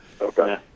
Okay